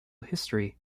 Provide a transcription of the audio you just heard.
history